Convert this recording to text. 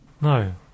No